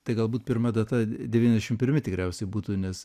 tai galbūt pirma data devyniasdešim pirmi tikriausiai būtų nes